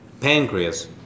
Pancreas